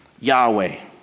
Yahweh